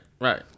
right